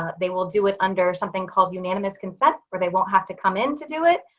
they will do it under something called unanimous consent where they won't have to come in to do it.